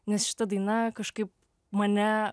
nes šita daina kažkaip mane